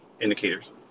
indicators